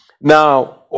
Now